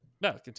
no